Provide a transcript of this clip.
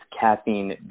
Caffeine